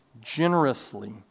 generously